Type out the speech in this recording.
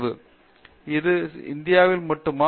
பேராசிரியர் பிரதாப் ஹரிதாஸ் சரி இது இந்தியாவில் மட்டுமா